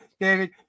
David